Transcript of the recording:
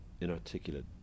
inarticulate